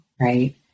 Right